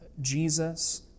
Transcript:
Jesus